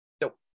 Nope